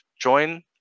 Join